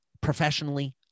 professionally